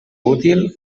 útil